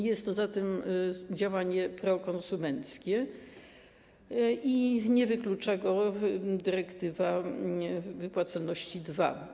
Jest to zatem działanie prokonsumenckie i nie wyklucza go dyrektywa Wypłacalność II.